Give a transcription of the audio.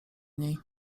niej